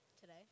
Today